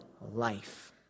life